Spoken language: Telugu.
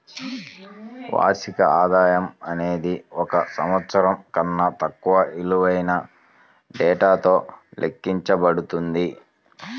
వార్షిక ఆదాయం అనేది ఒక సంవత్సరం కన్నా తక్కువ విలువైన డేటాతో లెక్కించబడుతుంది